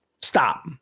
Stop